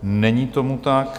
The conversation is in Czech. Není tomu tak.